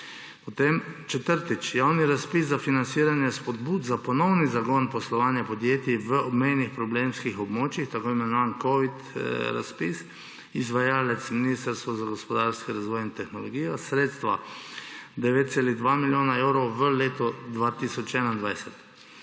2022. Četrtič. Javni razpis za financiranje spodbud za ponovni zagon poslovanja podjetij na obmejnih problemskih območjih, tako imenovani covid razpis, izvajalec Ministrstvo za gospodarski razvoj in tehnologijo, sredstva 9,2 milijona evrov v letu 2021.